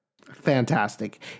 Fantastic